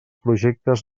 projectes